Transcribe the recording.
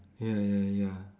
ya ya ya